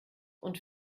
und